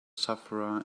sufferer